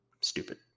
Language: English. stupid